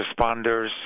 responders